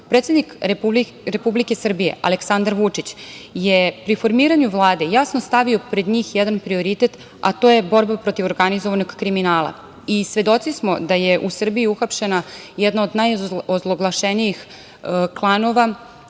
kriminala. Predsednik Republike Srbije Aleksandar Vučić je pri formiranju Vlade jasno stavio pred njih jedan prioritet, a to je borba protiv organizovanog kriminala i svedoci smo da je u Srbiji uhapšena jedna od najozloglašenijih klanova